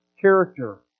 character